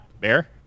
Bear